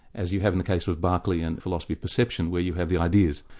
as you have in the case with barclay and the philosophy of perception where you have the ideas.